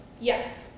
yes